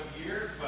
here